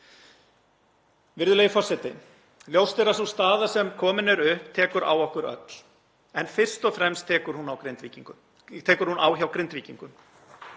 Virðulegi forseti. Ljóst er að sú staða sem komin er upp tekur á okkur öll en fyrst og fremst tekur hún á hjá Grindvíkingum.